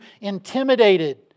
intimidated